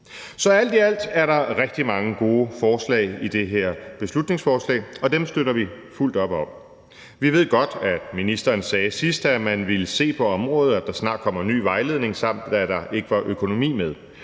Så alt i alt er der rigtig mange gode forslag i det her beslutningsforslag, og dem støtter vi fuldt op om. Vi ved godt, at ministeren, sidst man ville se på området, sagde, at der snart kommer en ny vejledning, samt at der ikke var økonomi med.